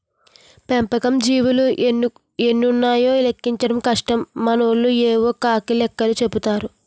పెంపకం జీవులు ఎన్నున్నాయో లెక్కించడం కష్టం మనోళ్లు యేవో కాకి లెక్కలు చెపుతారు